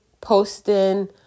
posting